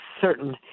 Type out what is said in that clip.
certain